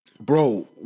bro